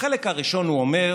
בחלק הראשון הוא אומר: